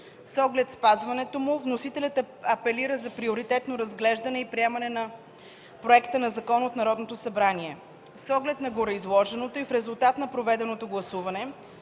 С оглед спазването му, вносителят апелира за приоритетно разглеждане и приемане на проекта на закон от Народното събрание. С оглед на гореизложеното и в резултат на проведеното гласуване,